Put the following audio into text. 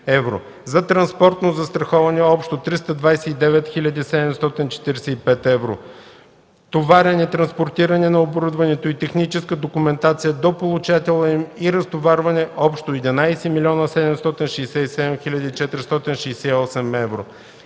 за транспортно застраховане – общо 329 745 евро; товарене, транспортиране на оборудването и техническа документация до получателя им и разтоварване – общо 11 767 468 евро;